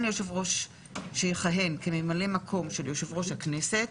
ליושב-ראש שיכהן כממלא מקום של יושב-ראש הכנסת